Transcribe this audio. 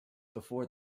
before